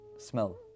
Smell